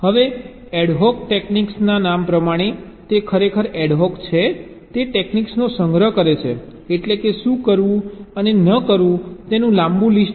હવે ad hoc techniques નામ પ્રમાણે તે ખરેખર એડ હૉક છે તે ટેક્નીક્સનો સંગ્રહ છે એટલે કે શું કરવું અને ન કરવું તેની લાંબુ લિસ્ટ